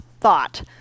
thought